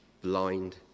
blind